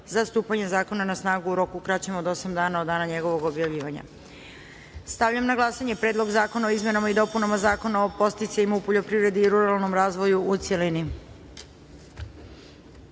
za stupanje zakona na snagu u roku kraćem od osam dana od dana njegovog objavljivanja. Stavljam na glasanje Predlog zakona o izmenama i dopunama Zakona o podsticajima u poljoprivredi i ruralnom razvoju, u